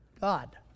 god